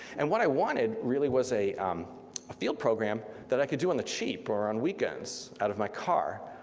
and what i wanted really was a um ah field program that i could do on the cheap, or on weekends out of my car.